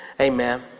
Amen